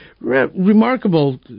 remarkable